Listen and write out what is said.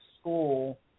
school